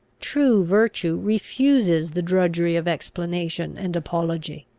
true virtue refuses the drudgery of explanation and apology.